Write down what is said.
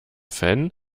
fan